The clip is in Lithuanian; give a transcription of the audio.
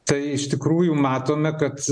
tai iš tikrųjų matome kad